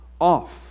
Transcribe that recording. off